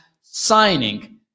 signing